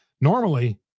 Normally